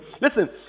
Listen